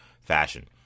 fashion